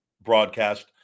broadcast